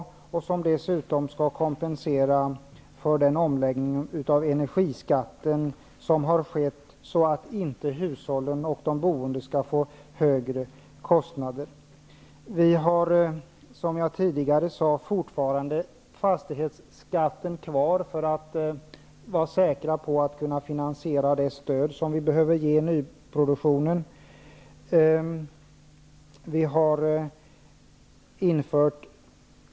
Den senare skall dessutom kompensera för den omläggning av energiskatten som har skett, så att hushållen inte skall få de högre kostnaderna. Vi har fortfarande fastighetsskatten kvar, för att vara säkra på att kunna finansiera det stöd vi behöver ge till nyproduktion.